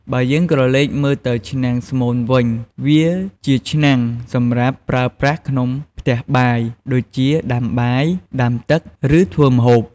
បើយើងក្រឡេកទៅមើលឆ្នាំងស្មូនវិញ វាជាឆ្នាំងសម្រាប់ប្រើប្រាស់ក្នុងផ្ទះបាយដូចជា ដាំបាយ ដាំទឹក ឬធ្វើម្ហូប។